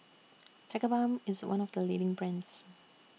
Tigerbalm IS one of The leading brands